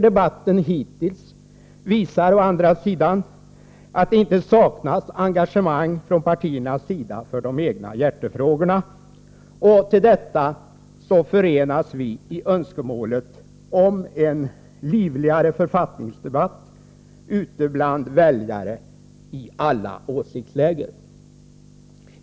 Debatten hittills visar å andra sidan att det inte saknas engagemang från partiernas sida för de egna hjärtefrågorna. Till detta förenas vi i önskemålet om en livligare författningsdebatt ute bland väljare i alla åsiktsläger.